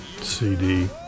cd